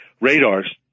radars